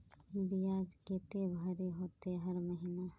बियाज केते भरे होते हर महीना?